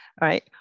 right